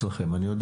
אני רק רוצה